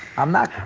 i'm not